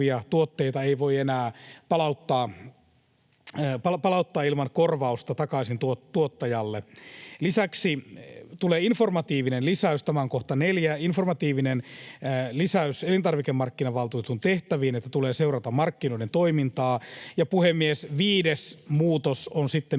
tuotteita ei voi enää palauttaa ilman korvausta takaisin tuottajalle. Lisäksi tulee informatiivinen lisäys — tämä on kohta neljä — elintarvikemarkkinavaltuutetun tehtäviin, että tulee seurata markkinoiden toimintaa. Ja, puhemies, viides muutos on sitten